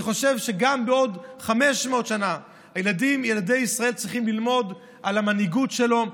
אני חושב שגם בעוד 500 שנה ילדי ישראל צריכים ללמוד על המנהיגות שלו,